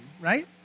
right